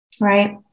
Right